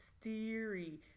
theory